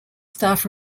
staff